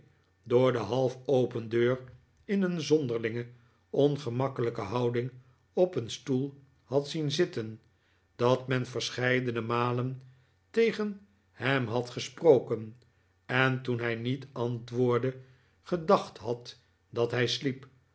door de half open deur in een zonderlinge ongemakkelijke houding op een stoel had zien zitten dat men verscheidene malen tegen hem had gesproken en toen hij niet antwoordde gedacht had dat hij sliep